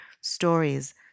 stories